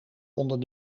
onder